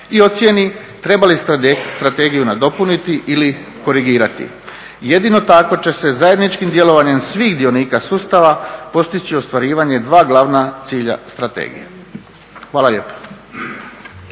i ocijeni treba li strategiju nadopuniti ili korigirati. Jedino tako će se zajedničkim djelovanjem svih dionika sustava postići ostvarivanje dva glavna cilja strategije. Hvala lijepa.